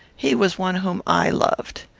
he was one whom i loved.